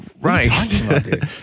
Right